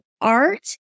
art